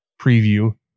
preview